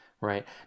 Right